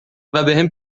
وبهم